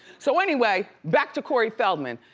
so anyway, back to corey feldman.